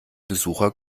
besucher